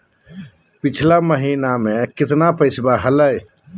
पिछला महीना मे कतना पैसवा हलय?